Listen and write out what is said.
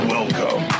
Welcome